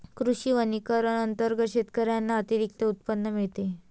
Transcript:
कृषी वनीकरण अंतर्गत शेतकऱ्यांना अतिरिक्त उत्पन्न मिळते